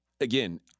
again